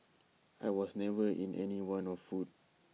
I was never in any want of food